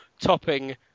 Topping